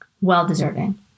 well-deserving